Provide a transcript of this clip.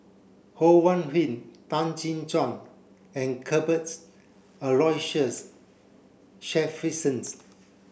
Ho Wan Hui Tan Jin Chuan and Cuthbert Aloysius Shepherdson